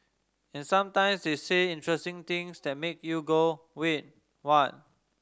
and sometimes they say interesting things that make you go wait what